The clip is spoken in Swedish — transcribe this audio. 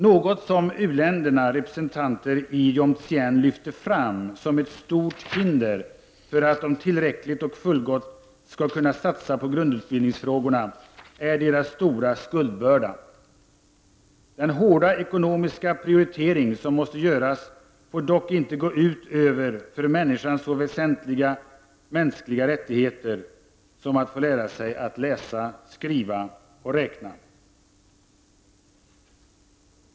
Något som u-ländernas representanter vid konferensen i Jomtien framhöll som ett stort hinder för att de tillräckligt och fullgott skall kunna satsa på grundutbildningsfrågorna är deras stora skuldbörda. Den hårda ekonomiska prioritering som måste göras får dock inte gå ut över för människan så väsentliga mänskliga rättigheter som att få lära sig läsa, skriva och räkna.